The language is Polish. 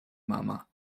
mama